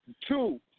Two